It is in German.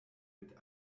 mit